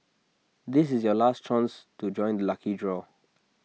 this is your last chance to join the lucky draw